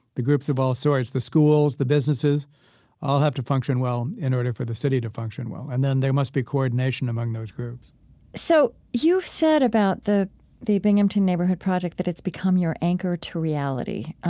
the groups of all sorts, the schools, the businesses all have to function well in order for the city to function well, and then there must be coordination among those groups so you've said about the the binghamton neighborhood project that it's become your anchor to reality.